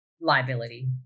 liability